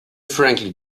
frankly